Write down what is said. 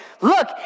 look